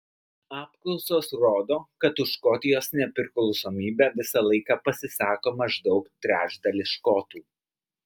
apklausos rodo kad už škotijos nepriklausomybę visą laiką pasisako maždaug trečdalis škotų